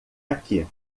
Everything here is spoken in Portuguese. aqui